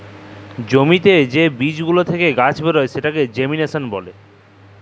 জ্যমিতে যে বীজ গুলা থেক্যে গাছ বেরয় সেটাকে জেমিনাসল ব্যলে